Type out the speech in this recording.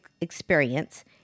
experience